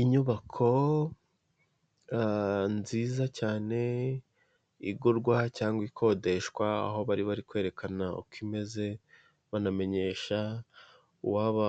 Inyubako nziza cyane igurwa cyangwa ikodeshwa aho bari bari kwerekana uko imeze banamenyesha uwaba